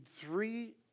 three